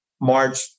March